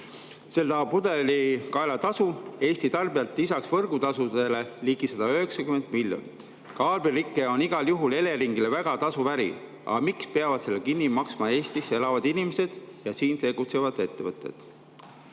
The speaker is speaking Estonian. seda pudelikaela tasu Eesti tarbijalt lisaks võrgutasudele ligi 190 miljonit. Kaablirike on igal juhul Eleringile väga tasuv äri. Aga miks peavad selle kinni maksma Eestis elavad inimesed ja siin tegutsevad ettevõtted?